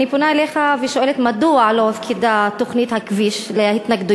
אני פונה אליך ושואלת: 1. מדוע לא הופקדה תוכנית הכביש להתנגדויות?